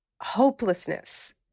hopelessness